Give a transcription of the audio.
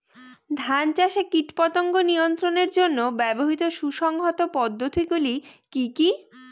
ধান চাষে কীটপতঙ্গ নিয়ন্ত্রণের জন্য ব্যবহৃত সুসংহত পদ্ধতিগুলি কি কি?